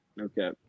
Okay